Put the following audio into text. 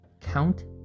count